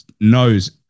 knows